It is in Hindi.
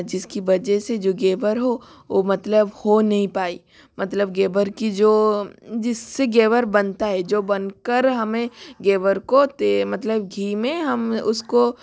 जिसकी वजह से जो घेवर हो वो मतलब हो नहीं पाई मतलब घेवर की जो जिससे घेवर बनाता है जो बन कर हमें घेवर को मतलब घी में हम उसको